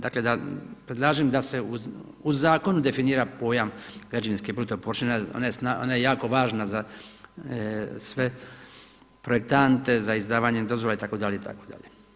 Dakle predlažem da se u zakonu definira pojam građevinske bruto površine, ona je jako važna za sve projektante, za izdavanje dozvola itd., itd.